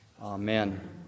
Amen